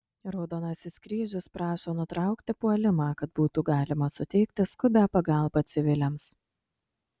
raudonasis kryžius prašo nutraukti puolimą kad būtų galima suteikti skubią pagalbą civiliams